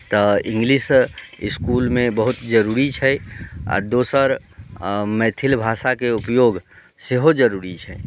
तऽ इंग्लिश इसकुलमे बहुत जरूरी छै आ दोसर मैथिली भाषाके उपयोग सेहो जरूरी छै